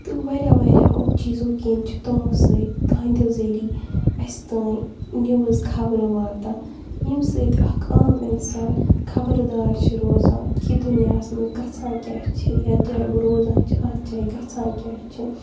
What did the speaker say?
تہٕ واریاہ واریاہو چیٖزو کِنۍ چھِ تمو سۭتۍ تہنٛدیو ذٔریعہٕ اَسہِ تانۍ نِوٕز خبرٕ واتان ییٚمہِ سۭتۍ اَکھ عام اِنسان خبرٕدار چھِ روزان کہِ دُنیاہَس منٛز گژھان کیٛاہ چھِ یَتھ جایہِ بہٕ روزان چھِ اَتھ جایہِ گژھان کیٛاہ چھِ